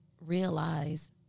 realize